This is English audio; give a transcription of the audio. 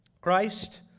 Christ